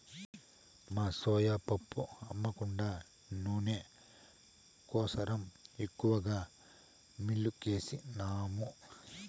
మా సోయా పప్పు అమ్మ కుండా నూనె కోసరం ఎక్కువగా మిల్లుకేసినాము